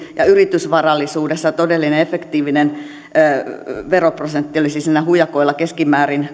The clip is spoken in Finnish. ja yritysvarallisuudessa todellinen efektiivinen veroprosentti olisi keskimäärin